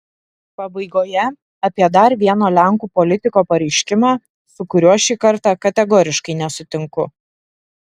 pabaigoje apie dar vieno lenkų politiko pareiškimą su kuriuo šį kartą kategoriškai nesutinku